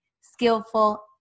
skillful